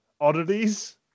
Oddities